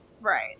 Right